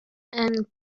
and